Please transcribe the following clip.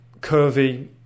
curvy